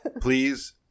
Please